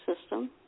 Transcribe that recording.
system